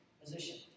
position